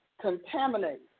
contaminated